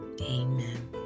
Amen